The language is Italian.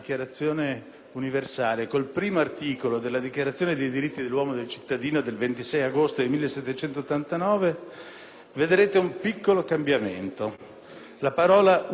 universale con il primo articolo della Dichiarazione dei diritti dell'uomo e del cittadino del 26 agosto 1789 si può notare un piccolo cambiamento: la parola "uomini"